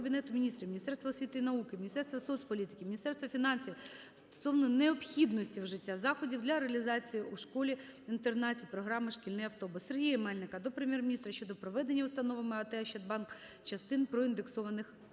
Міністерства освіти і науки України, Міністерства соцполітики, Міністерства фінансів стосовно необхідності вжиття заходів для реалізації у школі-інтернат програми "Шкільний автобус". Сергія Мельника до Прем'єр-міністра щодо проведення установами АТ "Ощадбанк" частин проіндексованих